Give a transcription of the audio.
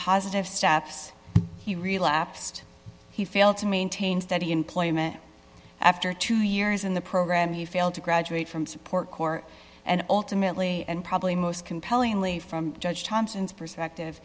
positive steps he relapsed he failed to maintain steady employment after two years in the program you failed to graduate from support court and ultimately and probably most compellingly from judge thompson's perspective